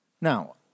Now